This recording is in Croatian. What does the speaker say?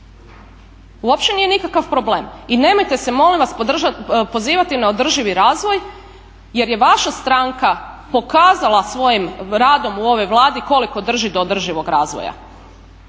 Uopće nije nikakav problem i nemojte se molim vas pozivati na održivi razvoj jer je vaša stranka pokazala svojim radom u ovoj Vladi koliko drži do održivog razvoja.